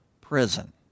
Prison